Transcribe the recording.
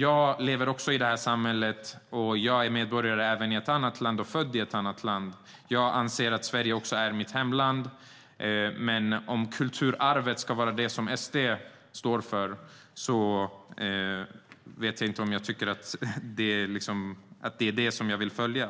Jag lever i det här samhället men är född i ett annat land och är även medborgare i ett annat land. Jag anser att Sverige är mitt hemland, men om kulturarvet ska vara det som SD står för vet jag inte om jag vill ta till